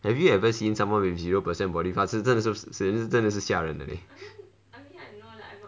have you ever seen someone with zero percent body fats 真的是真的是吓人 leh